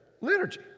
liturgy